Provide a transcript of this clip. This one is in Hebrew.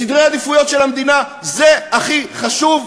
בסדרי העדיפויות של המדינה, זה הכי חשוב?